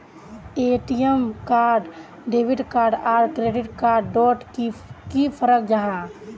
ATM card debit card आर credit card डोट की फरक जाहा?